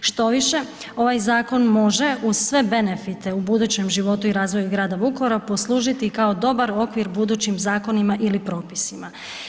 Što više, ovaj zakon može uz sve benefite u budućem životu i razvoju Grada Vukovara poslužiti i kao dobar okvir budućim zakonima ili propisima.